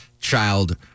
Child